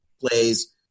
plays